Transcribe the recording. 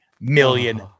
million